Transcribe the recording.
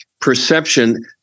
perception